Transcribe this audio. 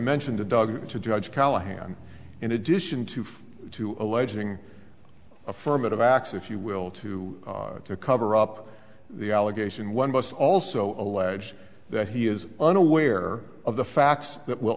mentioned to doug to judge callahan in addition to for alleging affirmative acts if you will to to cover up the allegation one must also allege that he is unaware of the facts that will